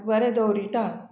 बरें दवरिता